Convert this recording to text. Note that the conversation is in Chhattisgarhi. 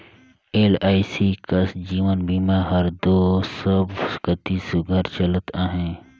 एल.आई.सी कस जीवन बीमा हर दो सब कती सुग्घर चलत अहे